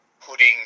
putting